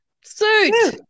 suit